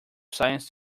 science